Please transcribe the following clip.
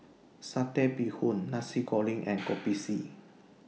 Satay Bee Hoon Nasi Kuning and Kopi C